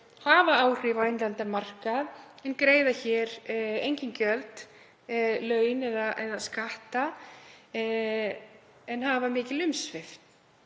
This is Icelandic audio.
hafa áhrif á innlendan markað en greiða hér engin gjöld, laun eða skatta og hafa mikil umsvif.